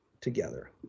together